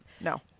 no